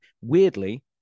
weirdly